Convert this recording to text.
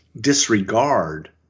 disregard